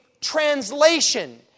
translation